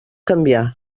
canviar